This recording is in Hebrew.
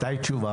מתי תשובה?